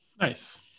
Nice